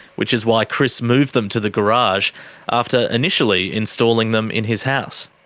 which is why chris moved them to the garage after initially installing them in his house.